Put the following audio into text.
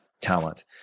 talent